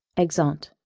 exeunt